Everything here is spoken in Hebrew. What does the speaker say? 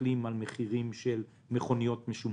מחירים של מכוניות משומשות,